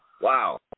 Wow